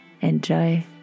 enjoy